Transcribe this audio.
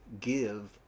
give